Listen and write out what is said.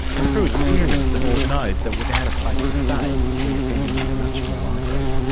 and through experience, the board knows that without a place to stay, reoffending is much more likely.